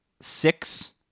six